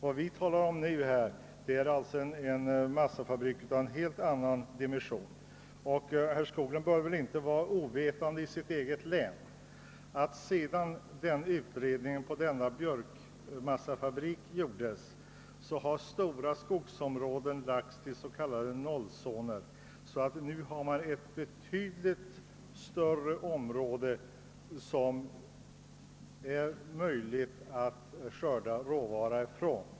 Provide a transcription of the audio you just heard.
Vad vi talar om nu är alltså en massafabrik av en helt annan dimension. Herr Skoglund bör väl inte vara ovetande om vad som händer i hans eget län, nämligen att sedan utredningen om ifrågavarande björkmassefabrik gjordes har stora skogsområden lagts till så kallade nollzoner, så att man nu har ett betydligt större område att skörda råvaran ifrån.